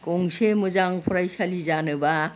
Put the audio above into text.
गंसे मोजां फरायसालि जानोब्ला